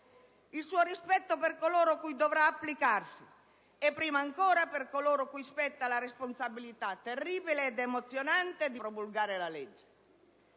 il suo rispetto per coloro cui dovrà applicarsi e, prima ancora, per coloro cui spetta la responsabilità terribile ed emozionante di promulgare la legge?